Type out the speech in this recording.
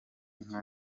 nka